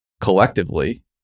collectively